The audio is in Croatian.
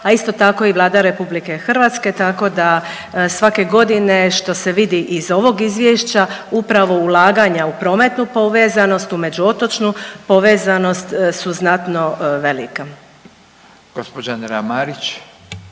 a isto tako i Vlada RH tako da svake godine što se vidi iz ovog izvješća upravo ulaganja u prometnu povezanost, u međuotočnu povezanost su znatno velika. **Radin, Furio